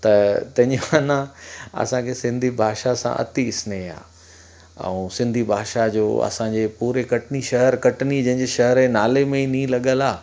त तंहिंजी माना असांखे सिंधी भाषा सां अति स्नेह आहे ऐं सिंधी भाषा जो असांजे पूरे कटनी शहर कटनी जंहिंजी शहर जे नाले में ई नी लॻल आहे